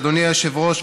אדוני היושב-ראש,